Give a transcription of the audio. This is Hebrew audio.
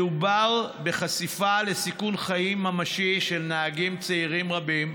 מדובר בחשיפה לסיכון חיים ממשי של נהגים צעירים רבים,